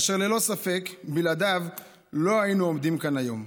אשר ללא ספק בלעדיו לא היינו עומדים כאן היום.